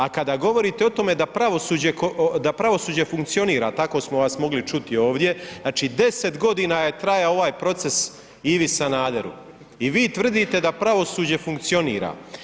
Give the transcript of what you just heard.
A kada govorite o tome da pravosuđe funkcionira, tako smo vas mogli čuti ovdje, znači 10 godina je trajao ovaj proces Ivi Sanaderu i vi tvrdite da pravosuđe funkcionira.